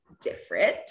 different